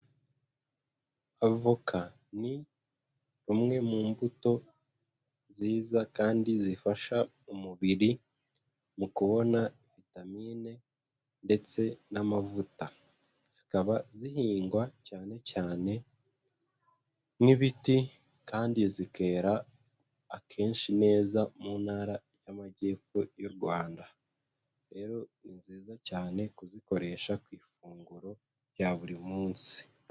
Avoka ni rumwe mu mbuto nziza kandi zifasha umubiri mu kubona vitamine, ndetse n'amavuta ,zikaba zihingwa cyane cyane nk'ibiti kandi zikera akenshi neza mu ntara y'amagepfo y'u Rwanda, rero ni nziza cyane kuzikoresha ku ifunguro rya buri munsi.